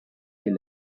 des